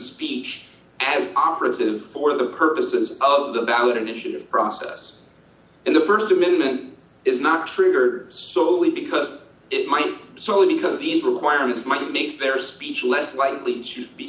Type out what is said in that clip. speech as operative for the purposes of the ballot initiative process in the st amendment is not trigger solely because it might be soley because the is required might make their speech less likely to be